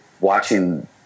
watching